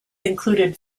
included